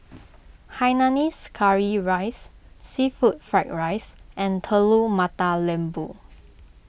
Hainanese Curry Rice Seafood Fried Rice and Telur Mata Lembu